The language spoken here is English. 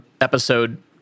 episode